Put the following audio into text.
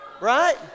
right